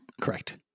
Correct